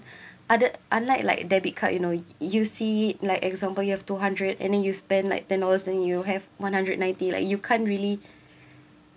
other unlike like debit card you know you see like example you have two hundred and then you spend like ten dollars then you will have one hundred ninety like you can't really